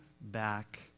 back